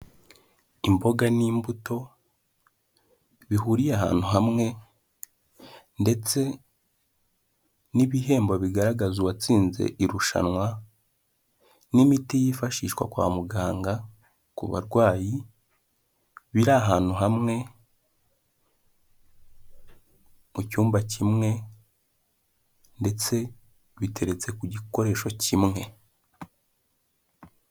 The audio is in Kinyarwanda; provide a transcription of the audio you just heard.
Imboga n'imbuto bihuriye ahantu hamwe, ndetse n'ibihembo bigaragaza uwatsinze irushanwa, n'imiti yifashishwa kwa muganga ku barwayi, biri ahantu hamwe mu cyumba kimwe, ndetse biteretse ku gikoresho kimwe.